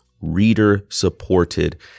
reader-supported